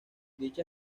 dicha